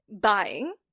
buying